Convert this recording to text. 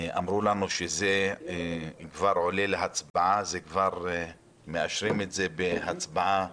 אמרו לנו שזה כבר עולה להצבעה וכבר מאשרים את זה בהצבעה